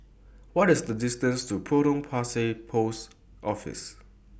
What IS The distance to Potong Pasir Post Office